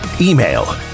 email